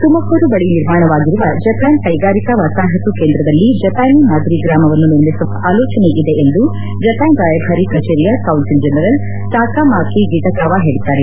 ತುಮಕೂರು ಬಳಿ ನಿರ್ಮಾಣವಾಗಿರುವ ಜಪಾನ್ ಕೈಗಾರಿಕಾ ವಸಹಾತು ಕೇಂದ್ರದಲ್ಲಿ ಜಪಾನಿ ಮಾದರಿ ಗ್ರಾಮವನ್ನು ನಿರ್ಮಿಸುವ ಆಲೋಚನೆ ಇದೆ ಎಂದು ಜಪಾನ್ ರಾಯಬಾರಿ ಕಛೇರಿಯ ಕೌನ್ಸಿಲ್ ಜನರಲ್ ತಾಕ ಮಾಕಿ ಗಿಟ ಕಾವಾ ಹೇಳಿದ್ದಾರೆ